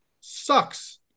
sucks